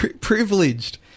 Privileged